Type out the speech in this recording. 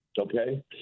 Okay